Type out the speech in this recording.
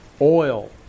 oil